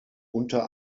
unter